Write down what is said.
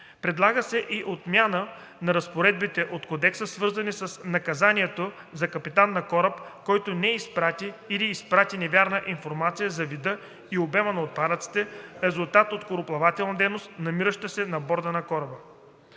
Предлага се и отмяна на разпоредбите от Кодекса, свързани с наказанието за капитан на кораб, който не изпрати или изпрати невярна информация за вида и обема на отпадъците – резултат от корабоплавателна дейност, намиращи се на борда на кораба.